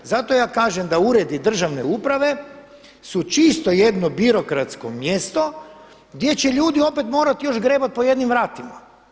Zato ja kažem da Uredi državne uprave su čisto jedno birokratsko mjesto gdje će ljudi opet morati još grebati po jednim vratima.